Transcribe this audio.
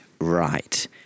Right